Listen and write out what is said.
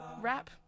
rap